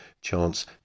Chance